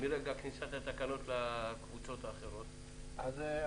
מרגע כניסת התקנות האחרות לתוקף?